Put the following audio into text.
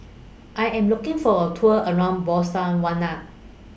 I Am looking For A Tour around Botswana